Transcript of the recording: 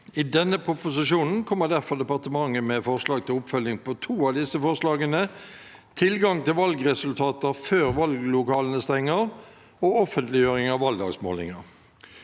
I denne proposisjonen kommer derfor departementet med forslag til oppfølging på to av disse forslagene: tilgang til valgresultater før valglokalene stenger, og offentliggjøring av valgdagsmålinger.